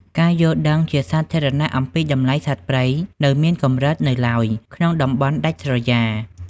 ការយល់ដឹងជាសាធារណៈអំពីតម្លៃសត្វព្រៃនៅមានកម្រិតនៅឡើយក្នុងតំបន់ដាច់ស្រយាល។